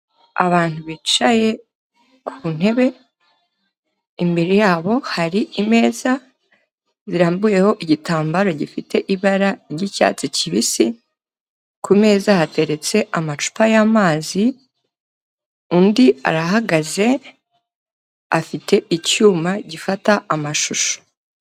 Abantu bicaye ku ntebe imbere yabo hari imeza zirambuyeho igitambaro gifite ibara ry'icyatsi kibisi, ku meza hateretse amacupa y'amazi, undi arahagaze afite icyuma gifata amashusho.